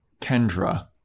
Kendra